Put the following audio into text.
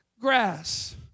grass